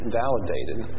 validated